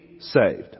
Saved